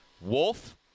Wolf